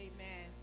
Amen